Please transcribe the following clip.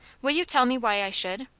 will you tell me why i should?